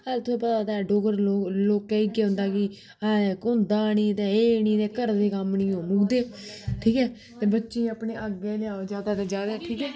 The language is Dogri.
तुहेंई पता ते ऐ गै डोगरे लोक लोकें गी केह् होंदा कि ऐ हुंदा निं ते एह् निं ते घरै दे कम्म नियूं मुकदे ठीक ऐ ते बच्चे ई अपने अग्गै लेआओ जादा तो जादा ठीक ऐ